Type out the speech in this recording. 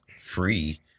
free